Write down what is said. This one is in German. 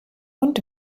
und